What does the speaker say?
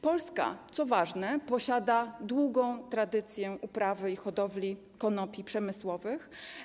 Polska, co ważne, posiada długą tradycję uprawy i hodowli konopi przemysłowych.